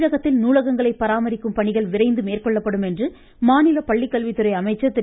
தமிழகத்தில் நூலகங்களை பராமரிக்கும் பணிகள் விரைந்து மேற்கொள்ளப்படும் என்று மாநில பள்ளிக்கல்வித்துறை அமைச்சர் திரு